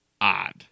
odd